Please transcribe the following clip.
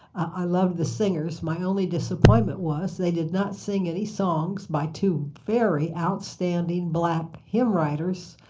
i loved the singers. my only disappointment was they did not sing any songs by two very outstanding black hymn writers,